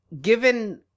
given